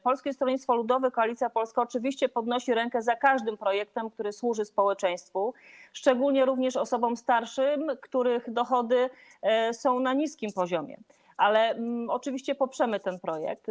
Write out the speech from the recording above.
Polskie Stronnictwo Ludowe, Koalicja Polska podnosi rękę za każdym projektem, który służy społeczeństwu, szczególnie osobom starszym, których dochody są na niskim poziomie, i oczywiście poprzemy ten projekt.